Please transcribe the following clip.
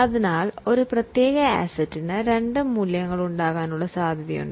അതിനാൽ ഒരു അസറ്റിന് രണ്ട് മൂല്യങ്ങളുണ്ടാകാനുള്ള സാധ്യതയുണ്ട്